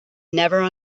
never